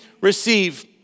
receive